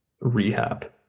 rehab